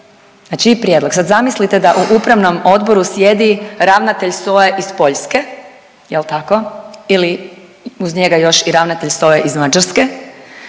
znači i prijedlog. Sad zamislite da u upravnom odboru sjedi ravnatelj SOA-e iz Poljske, jel' tako ili uz njega još i ravnatelj SOA-e iz Mađarske.